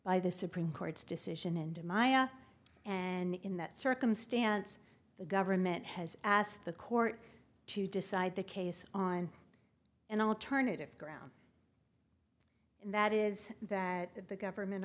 by the supreme court's decision into maya and in that circumstance the government has asked the court to decide the case on an alternative ground and that is that the government